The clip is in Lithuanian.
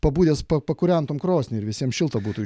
pabudęs pakūrentum krosnį ir visiem šilta būtų